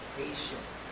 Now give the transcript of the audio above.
patience